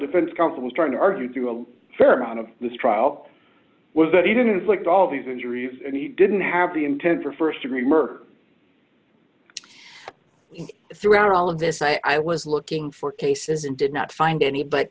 defense counsel was trying to argue through a fair amount of this trial was that he didn't look at all these injuries and he didn't have the intent for st degree murder throughout all of this i was looking for cases and did not find any but